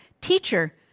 teacher